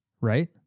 Right